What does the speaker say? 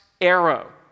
arrow